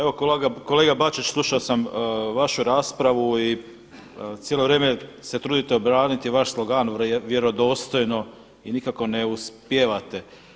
Evo kolega Bačić, slušao sam vašu raspravu i cijelo vrijeme se trudite obraniti vaš slogan vjerodostojno i nikako ne uspijevate.